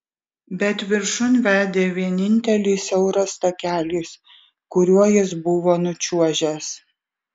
bet viršun vedė vienintelis siauras takelis kuriuo jis buvo nučiuožęs